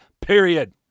period